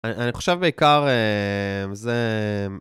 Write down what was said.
אני חושב בעיקר זה...